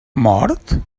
mort